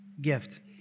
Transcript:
gift